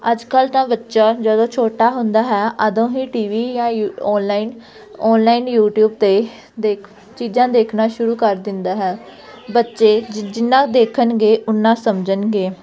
ਅੱਜ ਕੱਲ੍ਹ ਤਾਂ ਬੱਚਾ ਜਦੋਂ ਛੋਟਾ ਹੁੰਦਾ ਹੈ ਉਦੋਂ ਹੀ ਟੀ ਵੀ ਜਾਂ ਔਨਲਾਈਨ ਔਨਲਾਈਨ ਯੂਟਿਊਬ 'ਤੇ ਦੇਖ ਚੀਜ਼ਾਂ ਦੇਖਣਾ ਸ਼ੁਰੂ ਕਰ ਦਿੰਦਾ ਹੈ ਬੱਚੇ ਜਿੰਨਾ ਦੇਖਣਗੇ ਉੱਨਾ ਸਮਝਣਗੇ